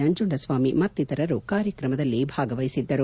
ನಂಜುಂಡಸ್ವಾಮಿ ಮತ್ತಿತರರು ಕಾರ್ಯಕ್ರಮದಲ್ಲಿ ಭಾಗವಹಿಸಿದ್ದರು